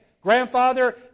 Grandfather